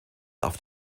auf